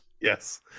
Yes